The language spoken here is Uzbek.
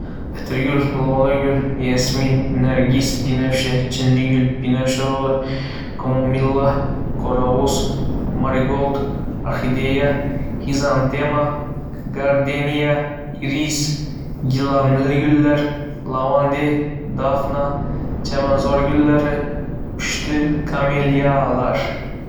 Atirgul, lolagul, yasemin, nargis, binafsha, chinnigul, binafsha lola, kamomilla, qoraguz, marigold, orxideya, xrizantema, gardeniya, iris, gilamli gullar, lavanda, dafna, chamanzor gullari, pushti kameliyalar.